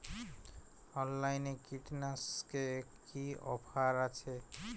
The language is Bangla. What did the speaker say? অনলাইনে কীটনাশকে কি অফার আছে?